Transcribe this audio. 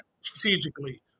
strategically